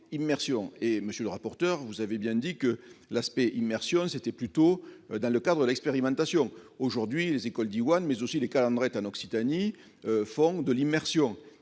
Monsieur le rapporteur, vous avez bien dit que l'aspect immersion se situait plutôt dans le cadre de l'expérimentation. Aujourd'hui, les écoles Diwan, mais aussi les écoles Calandreta en Occitanie, font de l'immersion